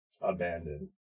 abandoned